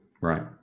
right